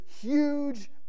huge